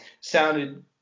sounded